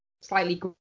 slightly